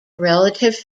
relative